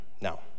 Now